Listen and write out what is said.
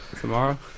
tomorrow